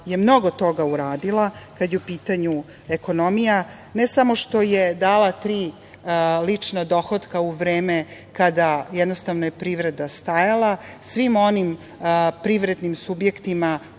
je mnogo toga uradila kada je u pitanju ekonomija, ne samo što je dala tri lična dohotka u vreme kada je privreda stajala svim onim privrednim subjektima,